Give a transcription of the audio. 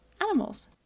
animals